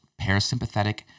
parasympathetic